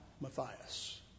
Matthias